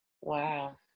wow